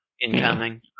incoming